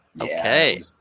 Okay